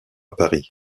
paris